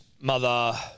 Mother